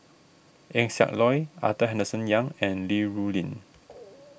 Eng Siak Loy Arthur Henderson Young and Li Rulin